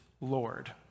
Lord